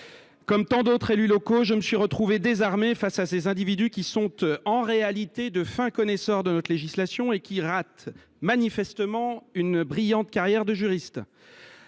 Comme tant d’autres élus locaux, je me suis retrouvé désarmé face à ces individus qui sont en réalité de fins connaisseurs de notre législation et qui ratent manifestement une brillante carrière de juriste…